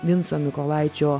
vinco mykolaičio